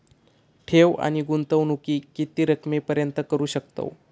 ठेव आणि गुंतवणूकी किती रकमेपर्यंत करू शकतव?